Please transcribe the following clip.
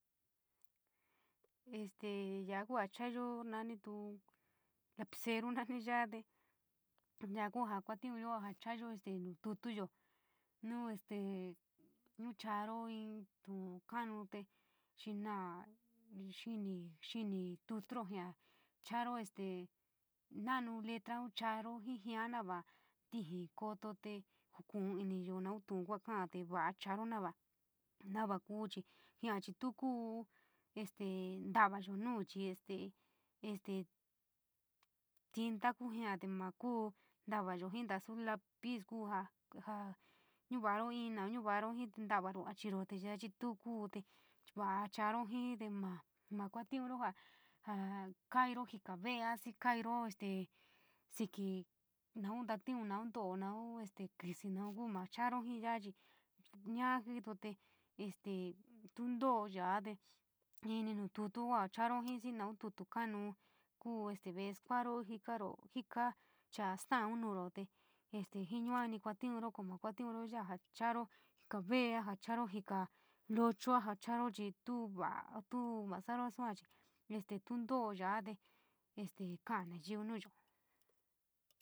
Este ya kuu a chayo nonitu lapetuu nanii yuu te yuu kuu ja kuotinyiyo chayo nu tuuyo nu este no chaanio. Yo yuu kana te seongo nini, xiinpetoro jiiia chuu este inoaion. Te nu chaan lile jiin noua rojyo koto te jukuu tityou nouu tu keio kaata le yoo chaanio kuu koo kua jiiia chii kuu chi noo este tavao nou chi este te fika kuu jiiia te nouu tinayo nouuu lapit kuu jiia inouuu in nouuu te ntavero io chiiko yoo jiiia jiiia te kuu ke kixou noua sou te saaiio ma kootio koo io jaiyo yuu jiiia ma naiio jiiia tee tfifi baa laniouu nouu too, nouu kit tyou kuu nou chiio yoo chi baa jiiia tee este io tobo jooa te ninou tuo teio kuu chaan jiiia noo touti bonou kuu keie stewoo tfiioou. Jiiia chaa stelouu nouuu teu teu tfiyou kuu kuu in koujiou yo sa chaan jiiia veleou jiiia leouu chi tuo vaa tu masaaru saaa este tu nloouu ya te kaán maiyio nuyo.